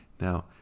Now